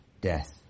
death